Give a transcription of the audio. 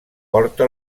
portà